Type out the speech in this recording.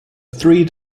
three